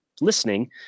listening